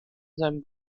sein